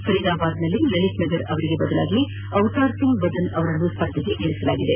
ಫರೀದಾಬಾದ್ನಲ್ಲಿ ಲಲಿತ್ ನಗರ್ ಅವರಿಗೆ ಬದಲಾಗಿ ಅವತಾರ್ಸಿಂಗ್ ಭದನ ಅವರನ್ನು ಸ್ವರ್ಧೆಗಿಳಿಸಿದೆ